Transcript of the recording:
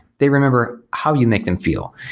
they remember how you make them feel.